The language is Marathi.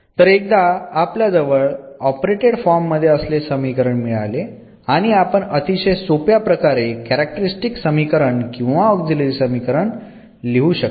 तर एकदा आपल्याजवळ ऑपरेटेड फॉर्म असलेले समीकरण मिळाले की आपण अतिशय सोप्या प्रकारे कॅरॅक्टरिस्स्टीक समीकरण किंवा ऑक्झिलरी समीकरण लिहू शकतो